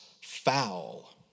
foul